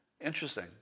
interesting